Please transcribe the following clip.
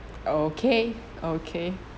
okay okay